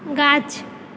गाछ